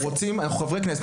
אנחנו חברי כנסת,